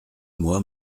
mois